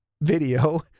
video